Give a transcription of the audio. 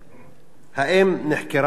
1. האם נחקרה התקיפה?